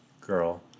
girl